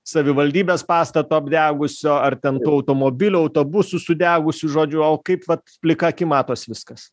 savivaldybės pastato apdegusio ar ten tų automobilių autobusų sudegusių žodžiu o kaip vat plika akim matosi viskas